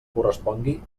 correspongui